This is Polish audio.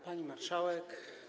Pani Marszałek!